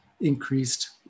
increased